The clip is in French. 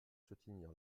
soutenir